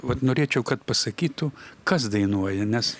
vat norėčiau kad pasakytų kas dainuoja nes